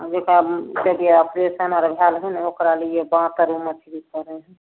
आब बताउ ऑपरेशन आओर भेल हइ ने ओकरालिए बाँतर ओ मछरी करै हइ